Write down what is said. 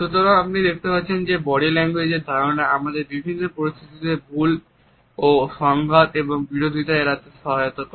সুতরাং আপনি দেখতে পাবেন যে বডি ল্যাঙ্গুয়েজ এর ধারণা আমাদের বিভিন্ন পরিস্থিতিতে ভুল ব্যাখ্যা ও সংঘাত এবং বিরোধীতা এড়াতে সহায়তা করে